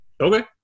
okay